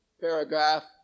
paragraph